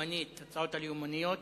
ההצעות הלאומניות